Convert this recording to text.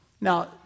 Now